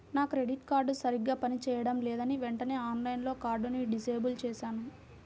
నా credit card సరిగ్గా పని చేయడం లేదని వెంటనే ఆన్లైన్లో కార్డుని డిజేబుల్ చేశాను